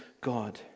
God